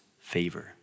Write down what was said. favor